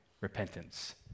repentance